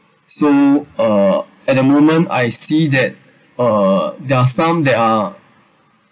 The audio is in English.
so uh at the moment I see that uh there are some that are